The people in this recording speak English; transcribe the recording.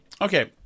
Okay